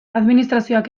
administrazioak